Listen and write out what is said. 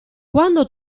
quando